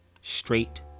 straight